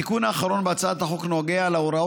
התיקון האחרון בהצעת החוק נוגע להוראת